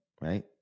right